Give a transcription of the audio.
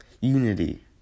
unity